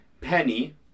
penny